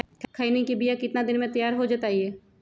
खैनी के बिया कितना दिन मे तैयार हो जताइए?